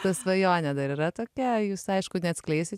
ta svajonė dar yra tokia jūs aišku neatskleisit